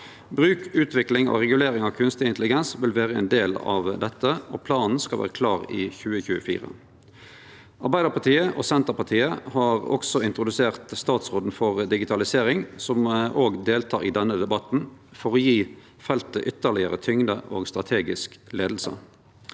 Bruk, utvikling og regulering av kunstig intelligens vil vere ein del av dette, og planen skal vere klar i 2024. Arbeidarpartiet og Senterpartiet har òg introdusert statsråden for digitalisering, som òg deltek i denne debatten, for å gje feltet ytterlegare tyngd og strategisk leiing.